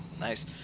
Nice